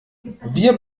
wir